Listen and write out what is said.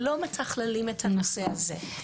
ולא מתכללים את הנושא הזה.